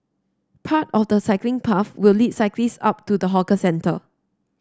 part of the cycling path will lead cyclist up to the hawker centre